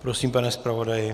Prosím, pane zpravodaji.